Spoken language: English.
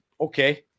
Okay